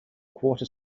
quarter